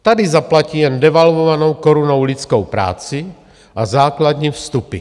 Tady zaplatí jen devalvovanou korunou lidskou práci a základní vstupy.